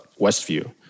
Westview